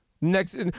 Next